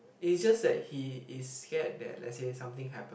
it's just that he is scared that let's say something happen